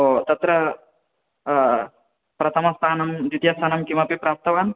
ओ तत्र प्रथमस्थानं द्वितीयस्थानं किमपि प्राप्तवान्